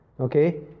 okay